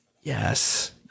Yes